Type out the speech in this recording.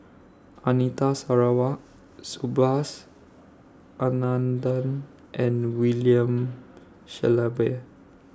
Anita Sarawak Subhas Anandan and William Shellabear